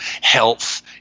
health